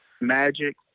Magic